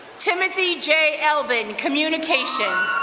timothy j. elvin, communication.